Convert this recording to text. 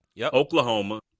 Oklahoma